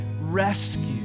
rescue